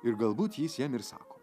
ir galbūt jis jam ir sako